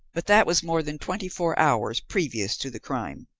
but that was more than twenty-four hours previous to the crime,